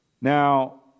Now